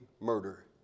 murder